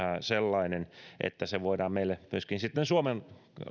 sellainen että se myöskin voidaan meille suomen